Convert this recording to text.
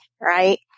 Right